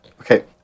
Okay